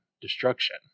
destruction